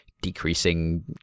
decreasing